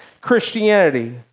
Christianity